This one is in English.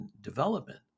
development